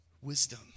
Wisdom